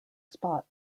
spot